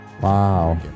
wow